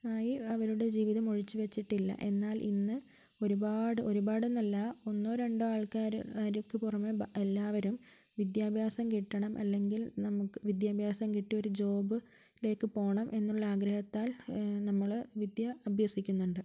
ആയി അവരുടെ ജീവിതം ഒഴിച്ച് വെച്ചിട്ടില്ല എന്നാൽ ഇന്ന് ഒരുപാട് ഒരുപാടെന്നല്ല ഒന്നോ രണ്ടോ ആൾക്കാർ ആർക്ക് പുറമേ എല്ലാവരും വിദ്യാഭ്യാസം കിട്ടണം അല്ലെങ്കിൽ നമുക്ക് വിദ്യാഭ്യാസം കിട്ടിയൊരു ജോബ് ലേക്ക് പോകണം എന്നുള്ള ആഗ്രഹത്താൽ നമ്മൾ വിദ്യ അഭ്യസിക്കുന്നുണ്ട്